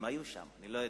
הם היו שם, אני לא יודע.